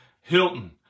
Hilton